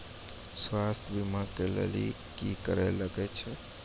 स्वास्थ्य बीमा के लेली की करे लागे छै?